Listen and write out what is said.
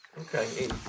Okay